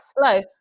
slow